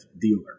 dealer